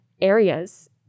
areas